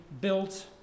built